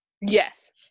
Yes